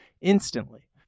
instantly